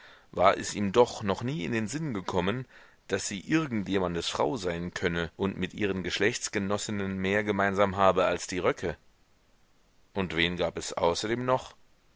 war es ihm doch noch nie in den sinn gekommen daß sie irgendjemandes frau sein könne und mit ihren geschlechtsgenossinnen mehr gemeinsam habe als die röcke und wen gab es außerdem noch